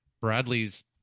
Bradley's